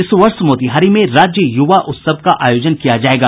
इस वर्ष मोतिहारी में राज्य यूवा उत्सव का आयोजन होगा